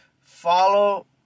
Follow